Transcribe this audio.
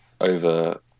over